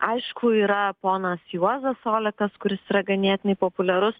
aišku yra ponas juozas olekas kuris yra ganėtinai populiarus